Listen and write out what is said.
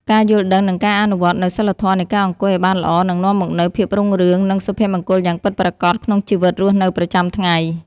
ការយល់ដឹង និង ការអនុវត្តនូវសីលធម៌នៃការអង្គុយឱ្យបានល្អនឹងនាំមកនូវភាពរុងរឿង និង សុភមង្គលយ៉ាងពិតប្រាកដក្នុងជីវិតរស់នៅប្រចាំថ្ងៃ។